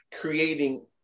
creating-